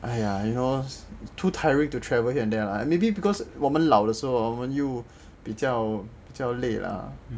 !aiya! you know too tiring to travel here and there lah like maybe because 我们老的时候我们有比较比较累 lah